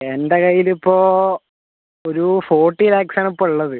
എൻ്റ കയ്യിൽ ഇപ്പോൾ ഒരു ഫോർട്ടി ലാക്സ് ആണ് ഇപ്പം ഉള്ളത്